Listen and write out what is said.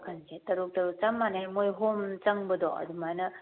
ꯀꯥꯈꯟꯁꯦ ꯇꯔꯨꯛ ꯇꯔꯨꯛ ꯆꯞ ꯃꯥꯟꯅꯩ ꯃꯈꯣꯏ ꯍꯣꯝ ꯆꯪꯕꯗꯣ ꯑꯗꯨꯃꯥꯏꯅ